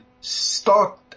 start